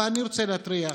אבל אני רוצה להתריע,